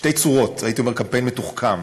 בשתי צורות, הייתי אומר קמפיין מתוחכם,